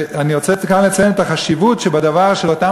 אני רוצה כאן לציין את החשיבות שבדבר שאותן